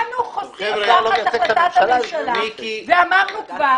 השר לא מייצג את הממשלה, אז מי מייצג?